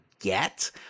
get